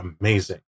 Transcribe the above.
amazing